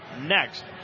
next